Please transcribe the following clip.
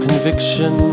Conviction